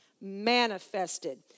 Manifested